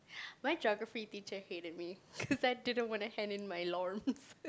my Geography teacher hated me cause I didn't wanna hand in my